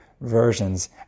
versions